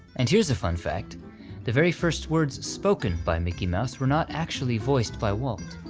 and here's a fun fact the very first words spoken by mickey mouse were not actually voiced by walt,